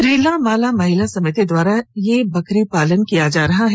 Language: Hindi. रीला माला महिला समिति द्वारा यह बकरी पालन किया जा रहा है